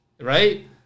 Right